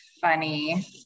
Funny